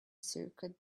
circuit